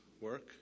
work